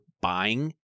buying